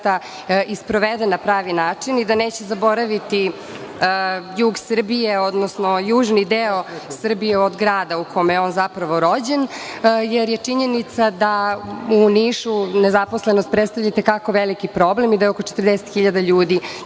i sprovede na pravi način i da neće zaboraviti jug Srbije, odnosno južni deo Srbije od grada, u kome je on zapravo rođen, jer je činjenica da u Nišu nezaposlenost predstavlja i te kako veliki problem i da je oko 40.000 ljudi